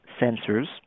sensors